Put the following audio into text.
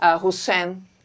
Hussein